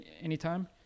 anytime